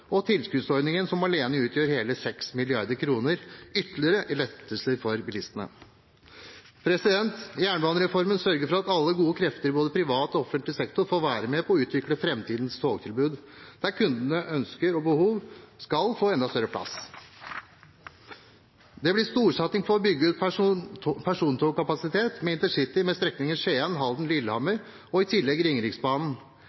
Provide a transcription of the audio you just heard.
og tilskuddsordningen, som alene utgjør hele 6 mrd. kr ytterligere i lettelser for bilistene. Jernbanereformen sørger for at alle gode krefter i både privat og offentlig sektor får være med på å utvikle framtidens togtilbud, der kundenes ønsker og behov skal få enda større plass. Det blir storsatsing på å bygge ut persontogkapasitet, med intercitystrekninger til Skien, Halden og Lillehammer – i tillegg til Ringeriksbanen. Med